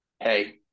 hey